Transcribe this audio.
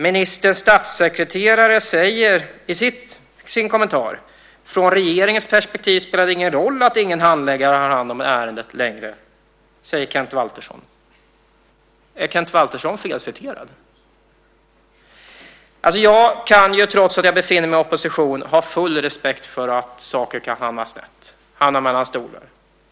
Ministerns statssekreterare Kent Waltersson säger i sin kommentar: Från regeringens perspektiv spelar det ingen roll att ingen handläggare har hand om ärendet längre. Är Kent Waltersson felciterad? Jag kan, trots att jag befinner mig i opposition, ha full respekt för att saker kan hamna snett eller hamna mellan stolar.